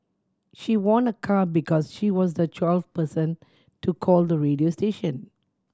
she won a car because she was the twelfth person to call the radio station